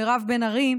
מירב בן ארי,